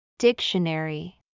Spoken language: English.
Dictionary